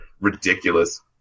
ridiculous